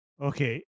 okay